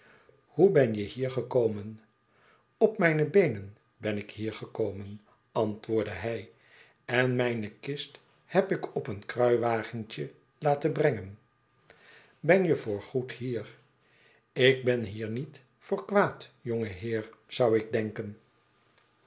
hoe ben je hier gekomen op mijne beenen ben ik hier gekomen antwoordde hij en mijne kist heb ik op een kruiwagen laten brengen ben je voorgoed hier ik ben hier niet voor kwaad jonge heer zou ik denken